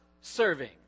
serving